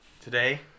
Today